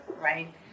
right